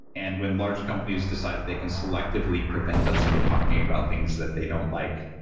and when large companies decide that they can selectively prevent us from talking about things that they don't like,